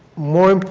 more